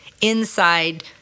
inside